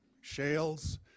shales